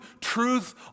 truth